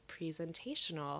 presentational